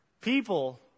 People